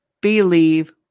believe